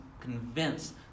convinced